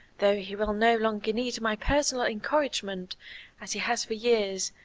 though he will no longer need my personal encouragement as he has for years.